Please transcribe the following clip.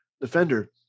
defender